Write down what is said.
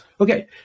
okay